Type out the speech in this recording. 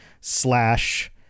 slash